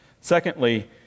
Secondly